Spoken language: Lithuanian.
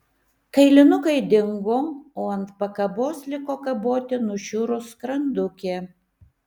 kailinukai dingo o ant pakabos liko kaboti nušiurus skrandukė